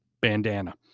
bandana